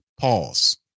Pause